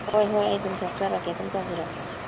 ꯍꯣꯏ ꯍꯣꯏ ꯑꯩ ꯑꯗꯨꯝ ꯊꯣꯛꯆꯔꯛꯀꯦ ꯑꯗꯨꯝ ꯇꯧꯕꯤꯔꯛꯑꯣ